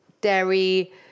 dairy